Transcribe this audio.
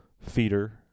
feeder